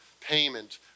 payment